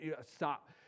stop